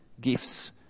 gifts